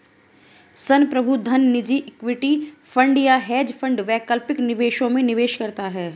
संप्रभु धन निजी इक्विटी फंड या हेज फंड वैकल्पिक निवेशों में निवेश करता है